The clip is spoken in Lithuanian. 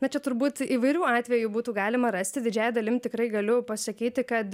na čia turbūt įvairių atvejų būtų galima rasti didžiąja dalim tikrai galiu pasakyti kad